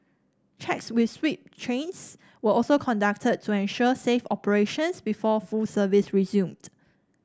checks with sweep trains were also conducted to ensure safe operations before full service resumed